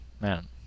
man